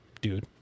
dude